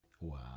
Wow